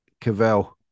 Cavell